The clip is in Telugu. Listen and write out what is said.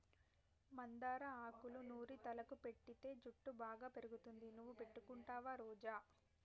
మందార ఆకులూ నూరి తలకు పెటితే జుట్టు బాగా పెరుగుతుంది నువ్వు పెట్టుకుంటావా రోజా